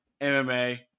MMA